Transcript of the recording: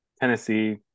Tennessee